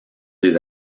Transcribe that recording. des